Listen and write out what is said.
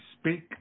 speak